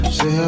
Say